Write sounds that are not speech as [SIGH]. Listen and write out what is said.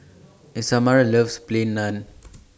[NOISE] Isamar loves Plain Naan